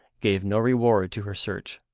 gave no reward to her search.